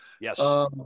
Yes